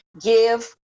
give